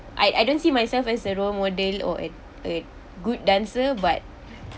I I don't see myself as a role model or a a good dancer but